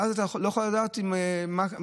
ואז אתה לא יכול לדעת מה היה.